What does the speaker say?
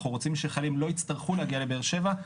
אנחנו רוצים שחיילים לא יצטרכו להגיע לבאר שבע.